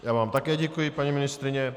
Já vám také děkuji, paní ministryně.